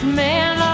man